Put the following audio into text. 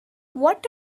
what